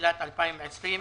ותחילת 2020,